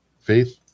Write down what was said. faith